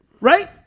Right